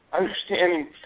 understanding